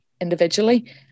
individually